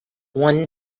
one